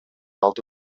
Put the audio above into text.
алды